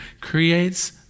creates